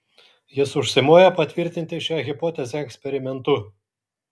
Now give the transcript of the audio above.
jis užsimojo patvirtinti šią hipotezę eksperimentu